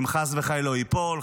אם חס וחלילה הוא ייפול,